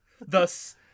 Thus